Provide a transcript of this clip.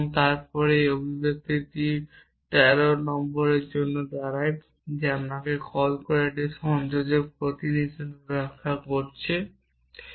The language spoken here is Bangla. তারপর এই অভিব্যক্তিটি 13 নম্বরের জন্য দাঁড়ায় যে আমি যোগকে একটি সংযোজন প্রতীক হিসাবে ব্যাখ্যা করছি